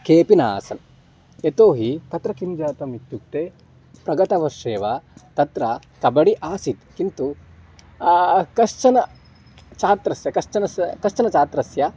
केपि न आसन् यतो हि तत्र किं जातमित्युक्ते प्रगतवर्षे वा तत्र कबडि आसीत् किन्तु कश्चन छात्रस्य कश्चन स् कश्चन छात्रस्य